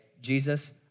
Jesus